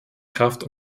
kraft